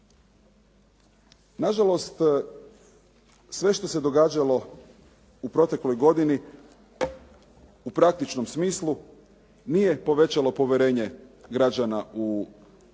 Na žalost, sve što se događalo u protekloj godini u praktičnom smislu nije povećalo povjerenje građana u pravosuđe,